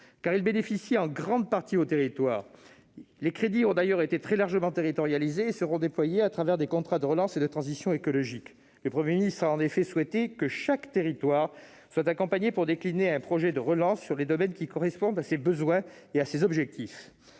car il bénéficie en grande partie aux territoires. Ses crédits sont très largement territorialisés et seront déployés au travers des contrats de relance et de transition écologique. Le Premier ministre a souhaité que chaque territoire soit accompagné pour décliner un projet de relance sur les domaines correspondant à ses besoins et ses objectifs.